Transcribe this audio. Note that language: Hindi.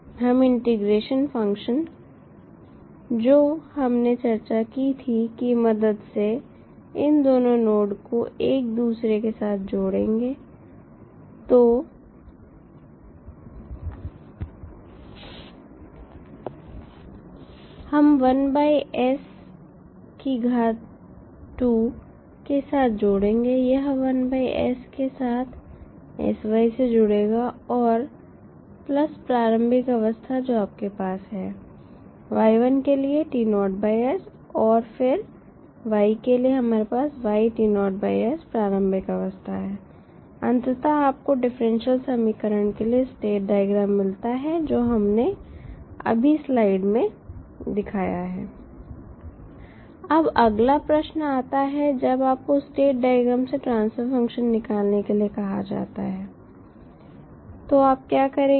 हम इंटीग्रेशन फंक्शन जो हमने चर्चा की थी की मदद से इन दोनों नोड को एक दूसरे के साथ जोड़ेंगे तो हम 1 s की घात 2 के साथ जोड़ेंगे यह 1s के साथ sy से जुड़ेगा और प्लस प्रारंभिक अवस्था जो आपके पास है y1 के लिए t naughts और फिर y के लिए हमारे पास yt naught s प्रारंभिक अवस्था है अंततः आपको डिफरेंशियल समीकरण के लिए स्टेट डायग्राम मिलता है जो हमने अभी स्लाइड में दिखाया है अब अगला प्रश्न आता है जब आपको स्टेट डायग्राम से ट्रांसफर फंक्शन निकालने के लिए कहा जाता है तो आप क्या करेंगे